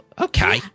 Okay